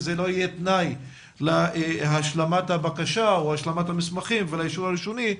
שזה לא יהיה תנאי להשלמת הבקשה או השלמת המסמכים והאישור הראשוני,